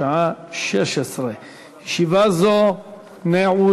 בשעה 16:00. ישיבה זו נעולה.